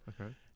Okay